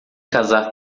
casar